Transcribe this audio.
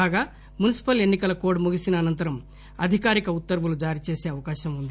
కాగా మున్సిపల్ ఎన్సికల కోడ్ ముగిసిన అనంతరం అధికారిక ఉత్తర్వులు జారీ చేసే అవకాశం ఉంది